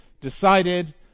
decided